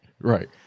Right